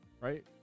right